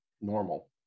normal